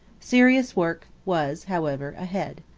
serious work was, however, ahead.